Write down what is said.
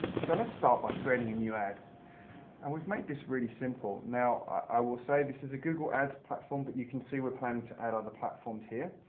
so let's start by creating a new ad and we've made this really simple. now, i will say this a google ads platform, but you can see we're planning to add other platforms here.